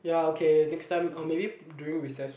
ya okay next time or maybe during recess